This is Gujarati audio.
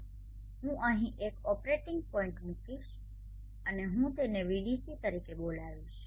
તો હું અહીં એક ઓપરેટિંગ પોઇન્ટ મૂકીશ અને હું તેને Vdc તરીકે બોલાવીશ